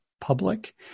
public